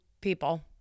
people